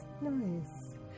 Nice